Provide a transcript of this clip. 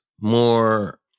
more